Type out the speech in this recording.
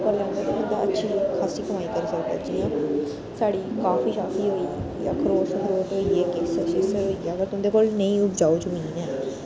अच्छी कमाई करी सकदे जियां साढ़ी काफी शाफी होई अखरोट शरोट होई गे केसर शेसर होई गेआ ते जे तुं'दे कोल नेईं उपजाऊ जमीन ऐ